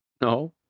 no